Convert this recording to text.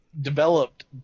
developed